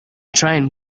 train